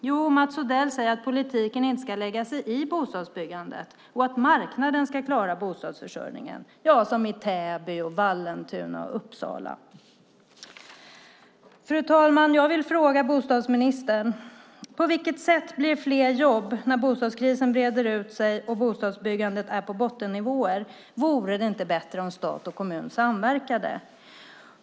Jo, Mats Odell säger politiken inte ska lägga sig i bostadsbyggandet och att marknaden ska klara bostadsförsörjningen, som i Täby, Vallentuna och Uppsala. Fru talman! Jag vill fråga bostadsministern: På vilket sätt blir det fler jobb när bostadskrisen breder ut sig och bostadsbyggandet är på bottennivåer? Vore det inte bättre om stat och kommun samverkade?